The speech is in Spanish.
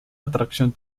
atracción